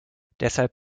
deshalb